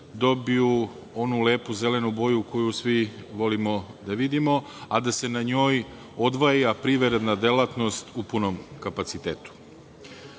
dobiju onu lepu zelenu boju koju svi volimo da vidimo, a da se na njoj odvija privredna delatnost u punom kapacitetu. Jasno